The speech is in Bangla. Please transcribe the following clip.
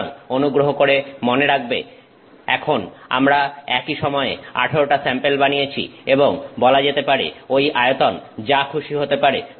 সুতরাং অনুগ্রহ করে মনে রাখবে এখন আমরা একই সময়ে 18টা স্যাম্পেল বানিয়েছি এবং বলা যেতে পারে ওই আয়তন যা খুশি হতে পারে